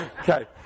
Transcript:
Okay